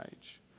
Age